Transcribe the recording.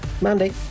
Mandy